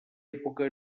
època